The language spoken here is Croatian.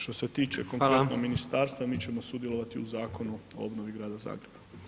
Što se tiče [[Upadica: Hvala]] konkretno ministarstva, mi ćemo sudjelovati u Zakonu o obnovi Grada Zagreba.